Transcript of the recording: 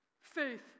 faith